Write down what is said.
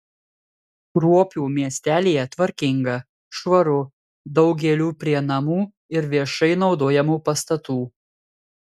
kruopių miestelyje tvarkinga švaru daug gėlių prie namų ir viešai naudojamų pastatų